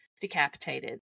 decapitated